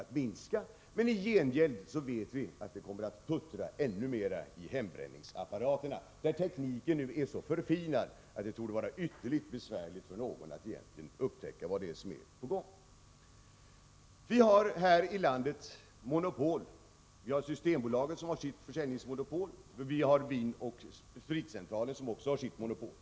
Men vi vet att i gengäld kommer det att puttra ännu mera i hembränningsapparaterna, och tekniken är nu så förfinad att det torde vara ytterligt besvärligt för någon att egentligen upptäcka vad som är på gång. Vi har här i landet monopol. Vi har Systembolaget som har sitt försäljningsmonopol. Vi har Vinoch Spritcentralen som också har sitt monopol.